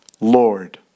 Lord